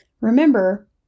Remember